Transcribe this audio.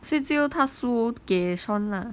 所以只有他输给 sean lah